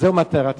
וזו מטרת הקרן.